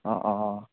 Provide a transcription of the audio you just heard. অঁ অঁ অঁ